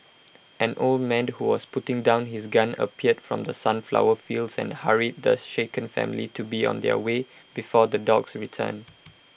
an old man who was putting down his gun appeared from the sunflower fields and hurried the shaken family to be on their way before the dogs return